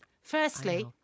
Firstly